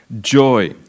joy